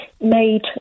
made